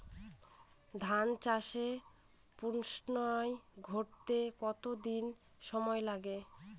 ধান চাষে পুস্পায়ন ঘটতে কতো দিন সময় লাগে?